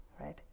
right